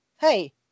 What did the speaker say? hey